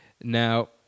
Now